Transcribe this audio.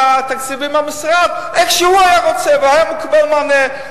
התקציבים במשרד איך שהוא היה רוצה והיה מקבל מענה.